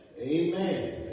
Amen